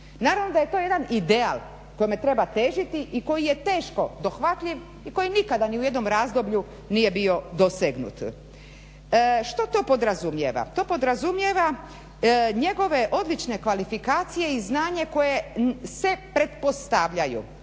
Naravno je da je to jedan ideal kome treba težiti i koji je teško dohvatljiv i koji nikada u ni jednom razdoblju nije bio dosegnut. Što to podrazumijeva? To podrazumijeva njegove odlične kvalifikacije i znanje koje se pretpostavljaju,